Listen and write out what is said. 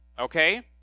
okay